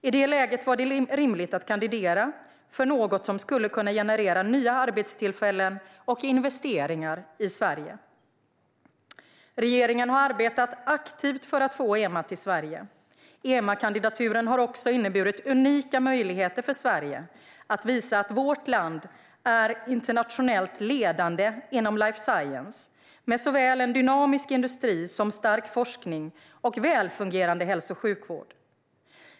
I det läget var det rimligt att kandidera för något som skulle kunna generera nya arbetstillfällen och investeringar i Sverige. Regeringen har arbetat aktivt för att få EMA till Sverige. EMA-kandidaturen har också inneburit unika möjligheter för Sverige att visa att vårt land är internationellt ledande inom life science med såväl en dynamisk industri som stark forskning och välfungerande hälso och sjukvård.